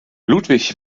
ludwig